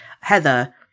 Heather